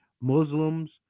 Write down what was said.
Muslims